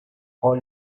all